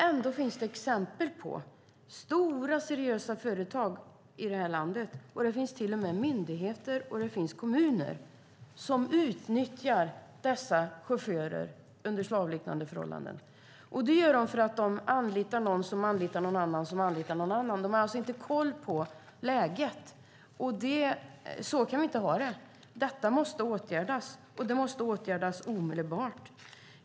Ändå finns det exempel på stora, seriösa företag i det här landet - det finns till och med myndigheter och kommuner - som utnyttjar dessa chaufförer under slavliknande förhållanden. Det gör de eftersom de anlitar någon som anlitar någon annan som anlitar någon annan. De har alltså inte koll på läget. Så kan vi inte ha det. Detta måste åtgärdas, och det måste åtgärdas omedelbart.